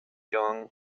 joan